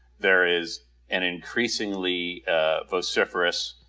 there is an increasingly ah vociferous